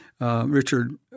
Richard